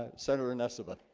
ah senator no sir but